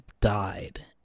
died